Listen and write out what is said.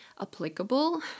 applicable